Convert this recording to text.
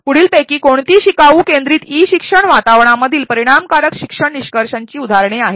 पुढीलपैकी कोणती शिकाऊ केंद्रीत ई शिक्षण वातावरणामधील परिणामकारक शिक्षण निष्कर्षांची उदाहरणे आहेत